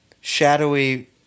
shadowy